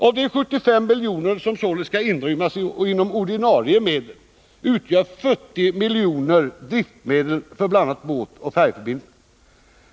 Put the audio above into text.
Av de 75 miljoner som således skall inrymmas inom ordinarie medel utgör 40 miljoner driftmedel för bl.a. båtoch färjeförbindelserna.